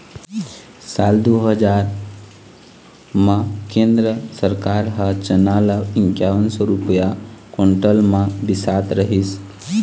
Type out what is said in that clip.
साल दू हजार म केंद्र सरकार ह चना ल इंकावन सौ रूपिया कोंटल म बिसात रहिस